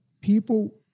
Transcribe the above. people